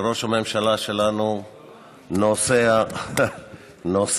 שראש הממשלה שלנו נוסע לברזיל,